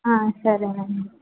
సరేనండీ